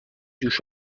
جوش